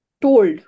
told